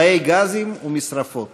תאי גזים ומשרפות,